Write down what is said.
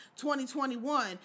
2021